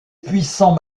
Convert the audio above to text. puissants